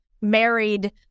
married